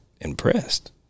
impressed